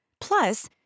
Plus